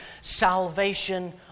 salvation